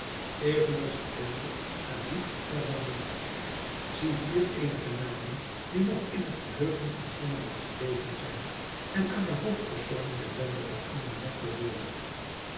eveneens een bende naar die der bandieten zie hier eenige namen die nog in t geheugen van sommigen gebleven zijn en aan de hoofdpersonen der bende patron minette behoorden